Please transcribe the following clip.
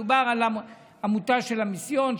מדובר על עמותה של המיסיון,